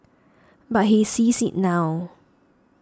but he sees it now